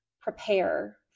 prepare